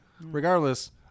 regardless